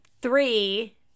three